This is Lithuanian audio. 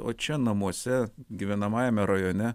o čia namuose gyvenamajame rajone